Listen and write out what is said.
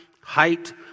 height